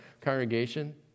congregation